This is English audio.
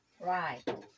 right